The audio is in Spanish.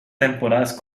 temporadas